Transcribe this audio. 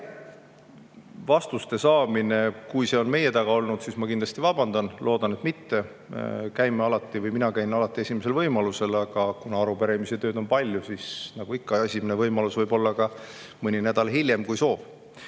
Kui vastuste saamine on meie taga olnud, siis ma kindlasti vabandan. Loodan, et [ei ole olnud]. Käime alati või mina käin alati esimesel võimalusel [vastamas]. Aga kuna arupärimisi ja tööd on palju, siis nagu ikka, esimene võimalus võib olla ka mõni nädal hiljem kui soov. Nüüd